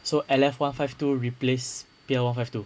so L_F one five two replace P_L one five two